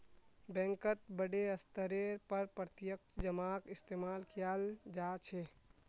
बैंकत बडे स्तरेर पर प्रत्यक्ष जमाक इस्तेमाल कियाल जा छे